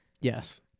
Yes